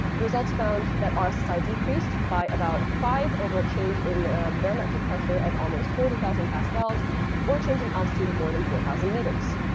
the results found that rssi size decreased by about five over a change in barometric pressure of almost forty thousand pascals or a change in altitude of more than four thousand meters.